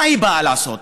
מה היא באה לעשות?